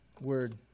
word